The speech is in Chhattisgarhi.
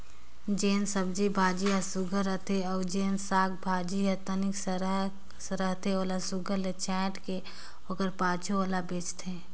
जेन सब्जी भाजी हर सुग्घर रहथे अउ जेन साग भाजी हर तनि सरहा कस रहथे ओला सुघर ले छांएट के ओकर पाछू ओला बेंचथें